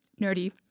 nerdy